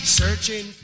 searching